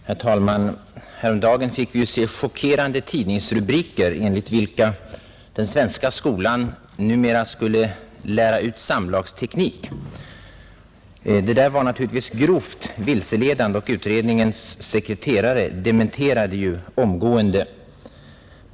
Herr talman! Häromdagen fick vi se chockerande tidni gsrubriker, enligt vilka den svenska skolan numera skulle lära ut samlagsteknik. Uppgiften var naturligtvis grovt vilseledande, och sekreteraren i den aktuella utredningen dementerade den omgående.